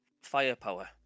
firepower